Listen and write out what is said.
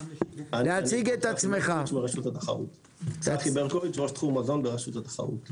צחי ברקוביץ, ראש תחום מזון ברשות התחרות.